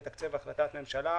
כשבאים לתקצב החלטת ממשלה,